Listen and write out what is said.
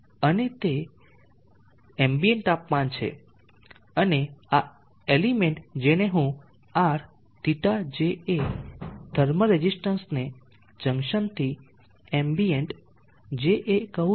અને તે જ એમ્બિયન્ટ તાપમાન છે અને આ એલિમેન્ટ જેને હું RθJA થર્મલ રેઝીસ્ટન્સ ને જંક્શનથી એમ્બિયન્ટ JA કહું છું